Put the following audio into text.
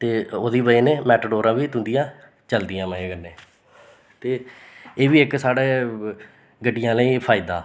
ते ओह्दी वजह् कन्नै मैटाडोरां बी तुन्दियां चलदियां मज़े कन्नै ते एह् बी इक साढ़े गड्डियें आह्लें फायदा